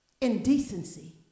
indecency